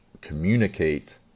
communicate